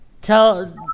Tell